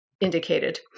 indicated